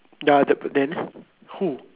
ya th~ then who